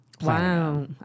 Wow